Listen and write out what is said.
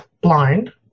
blind